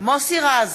מוסי רז,